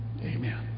Amen